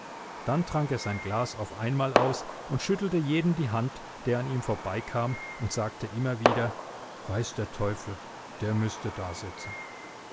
dann trank er sein glas auf einmal aus und schüttelte jedem die hand der an ihm vorbeikam und sagte immer wieder weiß der teufel der müßte dasitzen